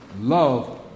love